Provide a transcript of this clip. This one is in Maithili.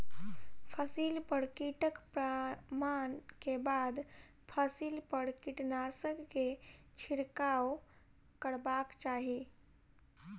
फसिल पर कीटक प्रमाण के बाद फसिल पर कीटनाशक के छिड़काव करबाक चाही